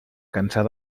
cansar